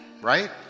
right